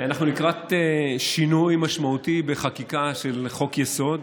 אנחנו לקראת שינוי משמעותי בחקיקה של חוק-יסוד,